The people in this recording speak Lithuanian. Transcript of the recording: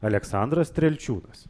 aleksandras strielčiūnas